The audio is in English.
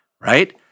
right